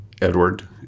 Edward